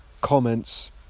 comments